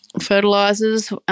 fertilizers